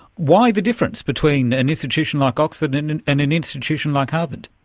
why the difference between an institution like oxford and an and an institution like harvard?